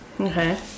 Okay